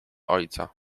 ojca